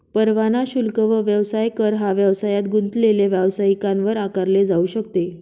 परवाना शुल्क व व्यवसाय कर हा व्यवसायात गुंतलेले व्यावसायिकांवर आकारले जाऊ शकते